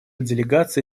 делегация